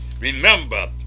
Remember